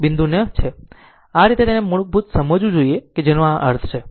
આ તે છે જેને મૂળભૂત સમજવું એનો અર્થ છે